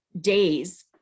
days